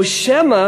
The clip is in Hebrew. או שמא